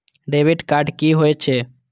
Debit card की होय छे?